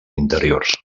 interiors